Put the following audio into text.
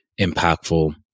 impactful